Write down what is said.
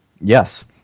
Yes